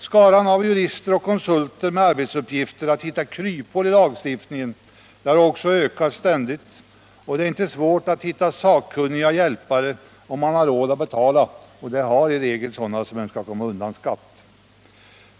Skaran av jurister och konsulter med arbetsuppgift att hitta kryphål i skattelagstiftningen har också ökat ständigt, och det är inte svårt att hitta sakkunniga hjälpare om man har råd att betala — och det har i regel sådana som önskar komma undan skatt.